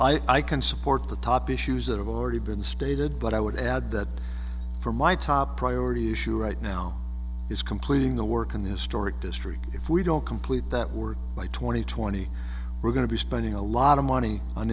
and i can support the top issues that have already been stated but i would add that for my top priority issue right now is completing the work in this story history if we don't complete that work like twenty twenty we're going to be spending a lot of money on